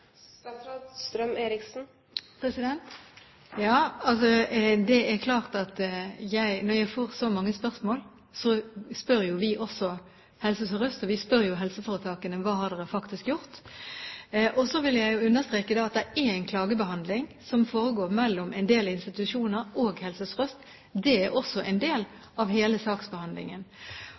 Det er klart at når jeg får så mange spørsmål, spør jo vi også Helse Sør-Øst, og vi spør helseforetakene: Hva har dere faktisk gjort? Jeg vil understreke at det er en klagebehandling som foregår mellom en del institusjoner og Helse Sør-Øst. Det er også en del av hele saksbehandlingen.